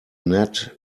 net